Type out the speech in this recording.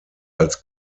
als